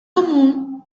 común